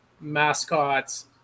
mascots